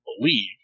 believe